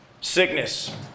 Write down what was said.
Sickness